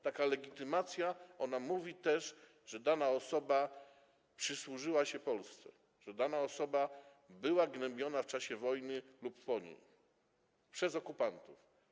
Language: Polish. Taka legitymacja mówi też, że dana osoba przysłużyła się Polsce, że dana osoba była gnębiona w czasie wojny lub po niej przez okupantów.